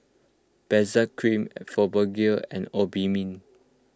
Benzac Cream Fibogel and Obimin